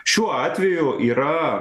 šiuo atveju yra